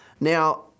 Now